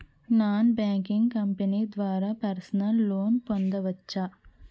Non banking company ద్వారా personal loan పొందవచ్చా?